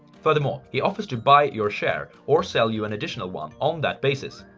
furthermore, he offers to buy your share or sell you an additional one on that basis.